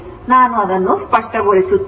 ಆದ್ದರಿಂದ ನಾನು ಅದನ್ನು ಸ್ಪಷ್ಟಗೊಳಿಸುತ್ತೇನೆ